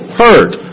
hurt